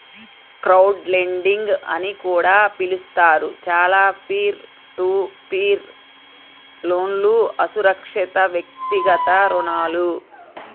crowdlending అని కూడా పిలుస్తారు, చాలా పీర్ టు పీర్ లోన్లుఅసురక్షితవ్యక్తిగత రుణాలు